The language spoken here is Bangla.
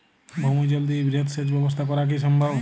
ভৌমজল দিয়ে বৃহৎ সেচ ব্যবস্থা করা কি সম্ভব?